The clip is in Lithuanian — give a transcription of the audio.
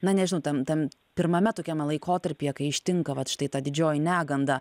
na nežinau tam tam pirmame tokiame laikotarpyje kai ištinka vat štai ta didžioji neganda